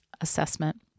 assessment